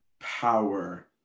power